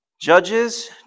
Judges